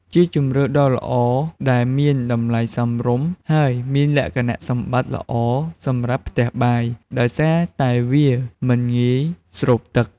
ជាជម្រើសដ៏ល្អដែលមានតម្លៃសមរម្យ ហើយមានលក្ខណៈសម្បត្តិល្អសម្រាប់ផ្ទះបាយ ដោយសារតែវាមិនងាយស្រូបទឹក។